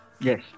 Yes